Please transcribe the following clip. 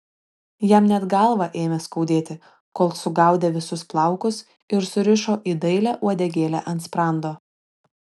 jam net galvą ėmė skaudėti kol sugaudė visus plaukus ir surišo į dailią uodegėlę ant sprando